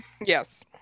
yes